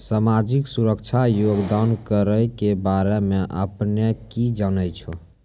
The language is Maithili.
समाजिक सुरक्षा योगदान करो के बारे मे अपने कि जानै छो?